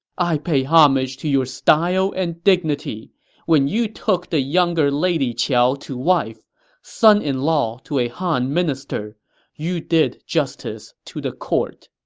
i pay homage to your style and dignity when you took the younger lady qiao to wife son-in-law to a han minister you did justice to the court